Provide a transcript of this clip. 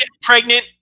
pregnant